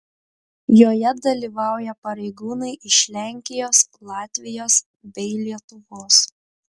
joje dalyvauja pareigūnai iš lenkijos latvijos bei lietuvos